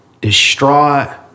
distraught